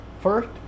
first